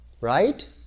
Right